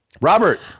Robert